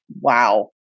Wow